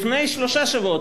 לפני שלושה שבועות,